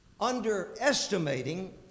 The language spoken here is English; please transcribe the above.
underestimating